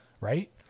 right